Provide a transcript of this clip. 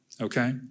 Okay